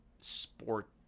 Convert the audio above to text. sport